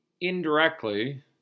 indirectly